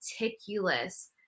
meticulous